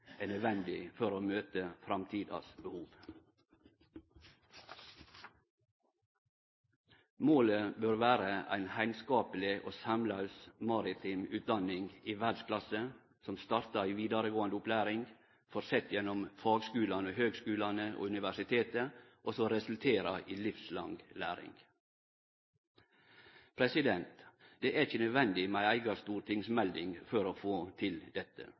er nødvendig for å møte framtidas behov. Målet bør vere ei heilskapleg og saumlaus maritim utdaning i verdsklasse som startar i vidaregåande opplæring og fortset gjennom fagskulane, høgskulane og universitetet, og som resulterer i livslang læring. Det er ikkje nødvendig med ei eiga stortingsmelding for å få til dette.